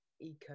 eco